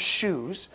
shoes